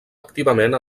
activament